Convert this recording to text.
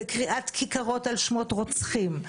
בקריאת כיכרות על שמות רוצחים,